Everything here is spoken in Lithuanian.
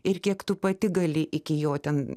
ir kiek tu pati gali iki jo ten